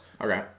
Okay